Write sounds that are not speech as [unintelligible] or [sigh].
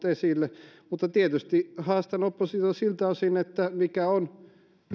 [unintelligible] esille mutta tietysti haastan oppositiota siltä osin että mikä on